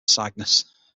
cygnus